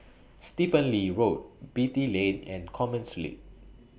Stephen Lee Road Beatty Lane and Commerce